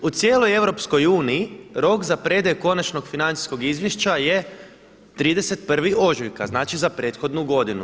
U cijeloj EU rok za predaju konačnog financijskog izvješća je 31. ožujka znači za prethodnu godinu.